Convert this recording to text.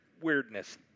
weirdness